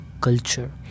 culture